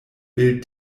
bil